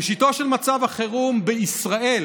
ראשיתו של מצב החירום בישראל